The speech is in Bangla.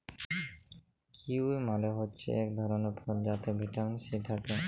কিউই মালে হছে ইক ধরলের ফল যাতে ভিটামিল সি থ্যাকে